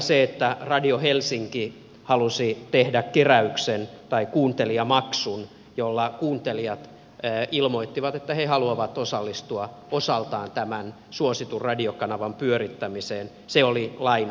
taikka kun radio helsinki halusi tehdä keräyksen tai kuuntelijamaksun jolla kuuntelijat ilmoittivat että he haluavat osallistua osaltaan tämän suositun radiokanavan pyörittämiseen se oli lainvastaista